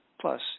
plus